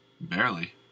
Barely